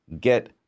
get